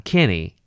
Kenny